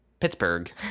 Pittsburgh